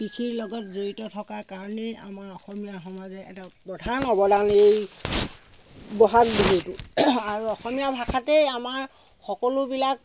কৃষিৰ লগত জড়িত থকাৰ কাৰণেই আমাৰ অসমীয়া সমাজে এটা প্ৰধান অৱদান এই ব'হাগ বিহুটো আৰু অসমীয়া ভাষাতেই আমাৰ সকলোবিলাক